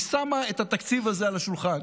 היא שמה את התקציב הזה על השולחן